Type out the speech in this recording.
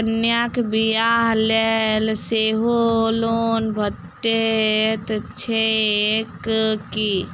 कन्याक बियाह लेल सेहो लोन भेटैत छैक की?